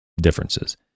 differences